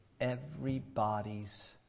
everybody's